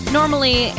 normally